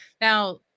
Now